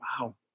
Wow